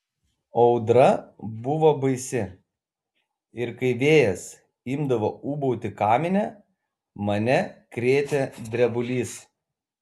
audra buvo baisi ir kai vėjas imdavo ūbauti kamine mane krėtė drebulys